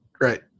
right